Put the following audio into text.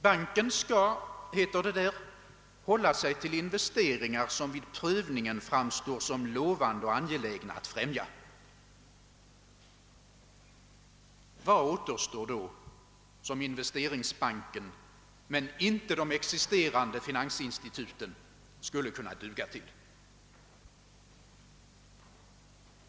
Banken skall, heter det där, hålla sig till investeringar som vid prövningen framstår som lovande och angelägna att främja. Vad återstår då som investeringsban-- ken men inte de existerande finansinstituten skulle kunna duga till?